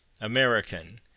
American